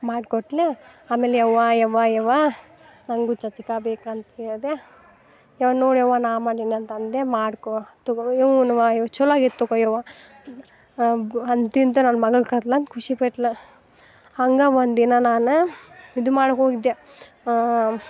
ಮಾಡ್ಕೊಟ್ಲು ಆಮೇಲೆ ಯವ್ವಾ ಯವ್ವಾ ಯವ್ವಾ ನನಗು ಚಚಕಾ ಬೇಕಂತ ಕೇಳಿದೆ ಯವ್ವ ನೋಡಿ ಯವ್ವಾ ನಾ ಮಾಡೀನಂತಂದೆ ಮಾಡ್ಕೊ ತಗೋ ಇವ ನವಾ ಇವ ಚಲ್ವಾಗಿತ್ತು ತಗೊ ಯವಾ ಅಂತಿಂತರ ಅವ್ಳ ಮಗ್ಳು ಕರ್ದ್ಲಂತ ಖುಷಿಪಟ್ಲು ಹಂಗೆ ಒಂದಿನ ನಾನು ಇದು ಮಾಡಕ್ಕೆ ಹೋಗಿದ್ದೆ